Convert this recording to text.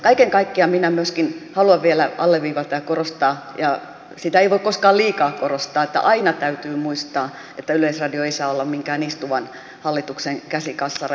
kaiken kaikkiaan minä myöskin haluan vielä alleviivata ja korostaa ja sitä ei voi koskaan liikaa korostaa että aina täytyy muistaa että yleisradio ei saa olla minkään istuvan hallituksen käsikassara